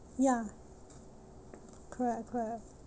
ya correct correct